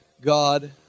God